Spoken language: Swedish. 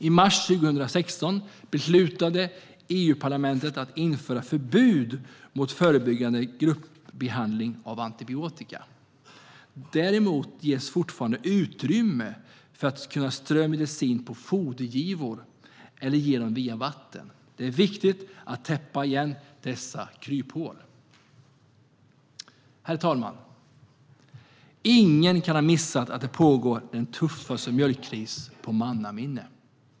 I mars 2016 beslutade EU-parlamentet att införa förbud mot förebyggande gruppbehandling med antibiotika. Däremot ges fortfarande utrymme för att kunna strö medicin på fodergivor eller ge den via vatten. Det är viktigt att täppa igen dessa kryphål. Herr talman! Ingen kan ha missat att den tuffaste mjölkkrisen i mannaminne pågår.